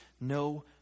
no